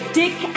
dick